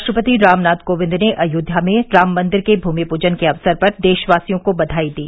राष्ट्रपति रामनाथ कोविंद ने अयोध्या में राम मंदिर के भूमि पूजन के अवसर पर देशवासियों को बधाई दी